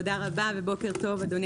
תודה רבה ובוקר טוב, אדוני